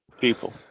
people